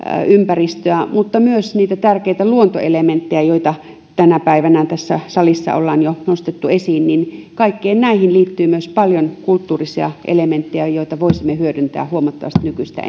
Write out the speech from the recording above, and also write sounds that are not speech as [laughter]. ympäristöä ja myös niitä tärkeitä luontoelementtejä joita tänä päivänä tässä salissa ollaan jo nostettu esiin niin kaikkiin näihin liittyy myös paljon kulttuurisia elementtejä joita voisimme hyödyntää huomattavasti nykyistä [unintelligible]